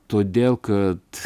todėl kad